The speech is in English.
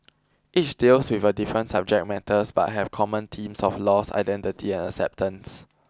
each deals with a different subject matters but have common themes of loss identity and acceptance